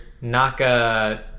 naka